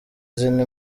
zina